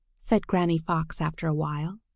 said granny fox after a while,